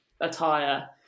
attire